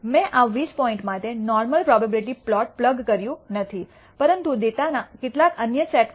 મેં આ 20 પોઇન્ટ્સ માટે નોર્મલ પ્રોબેબીલીટી પ્લોટ પ્લગ કર્યું નથી પરંતુ ડેટાના કેટલાક અન્ય સેટ માટે